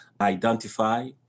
identify